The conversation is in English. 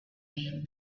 being